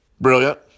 brilliant